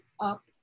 up